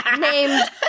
named